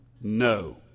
no